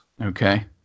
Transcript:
Okay